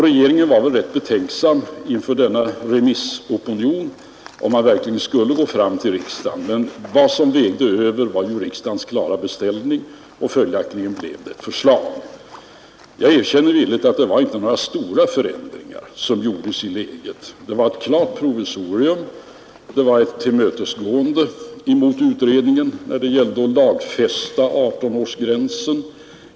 Regeringen var ganska betänksam inför denna remissopinion och tvekade att lägga fram förslag för riksdagen, men riksdagens klara beställning vägde över, och följaktligen blev det ett förslag. Jag erkänner villigt att det inte var några stora förändringar i läget som föreslogs; förslaget var ett klart provisorium och ett tillmötesgående mot utredningen. Det gällde att lagfästa 18-årsgränsen.